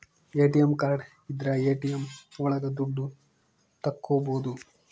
ATM card ಇದ್ರ ATM ಒಳಗ ದುಡ್ಡು ತಕ್ಕೋಬೋದು